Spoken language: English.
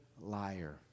liar